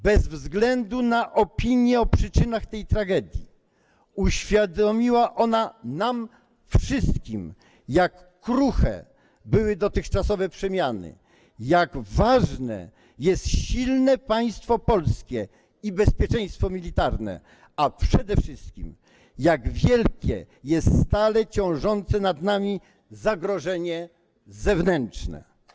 Bez względu na opinie o przyczynach tej tragedii uświadomiła ona nam wszystkim, jak kruche były dotychczasowe przemiany, jak ważne jest silne państwo polskie i bezpieczeństwo militarne, a przede wszystkim, jak wielkie jest stale ciążące nad nami zagrożenie zewnętrzne.